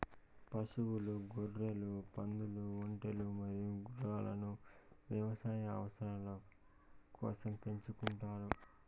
పశువులు, గొర్రెలు, పందులు, ఒంటెలు మరియు గుర్రాలను వ్యవసాయ అవసరాల కోసం పెంచుకుంటారు